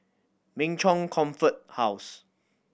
Min Chong Comfort House